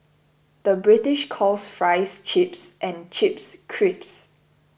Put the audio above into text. the British calls Fries Chips and Chips Crisps